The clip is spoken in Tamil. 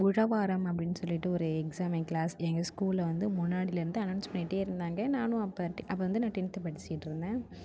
உழவாரம் அப்படின்னு சொல்லிவிட்டு ஒரு எக்ஸாமிங் கிளாஸ் எங்க ஸ்கூல்ல வந்து முன்னாடிலேர்ந்து அனௌன்ஸ் பண்ணிட்டே இருந்தாங்க நானும் அப்ப அப்ப வந்து நா டென்த் படிச்சிக்கிட்டு இருந்தேன்